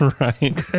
Right